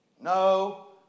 No